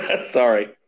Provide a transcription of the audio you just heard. Sorry